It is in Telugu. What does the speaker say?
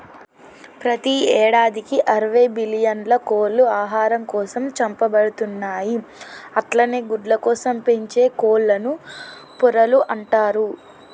ప్రతి యేడాదికి అరవై బిల్లియన్ల కోళ్లు ఆహారం కోసం చంపబడుతున్నయి అట్లనే గుడ్లకోసం పెంచే కోళ్లను పొరలు అంటరు